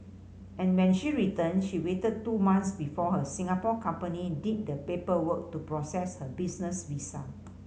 and when she returned she waited two months before her Singapore company did the paperwork to process her business visa